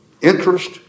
interest